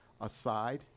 aside